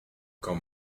quand